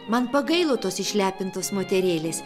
man pagailo tos išlepintos moterėlės